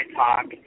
talk